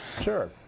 Sure